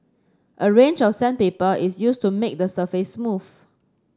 a range of sandpaper is used to make the surface smooth